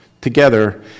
together